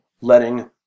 Letting